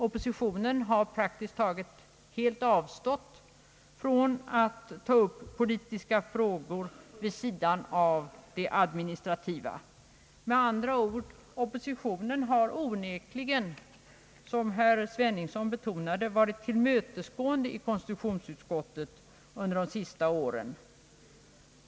Oppositionen har praktiskt taget helt avstått från att ta upp politiska frågor vid sidan av de administrativa. Med andra ord: Oppositionen har onekligen, som herr Sveningsson betonade, varit tillmötesgående i konstitutionsutskottet under de sista åren.